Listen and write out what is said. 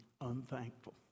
unthankful